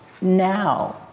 now